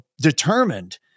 determined